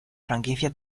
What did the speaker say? franquicia